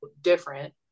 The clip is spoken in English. different